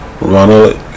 Ronald